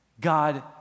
God